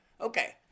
okay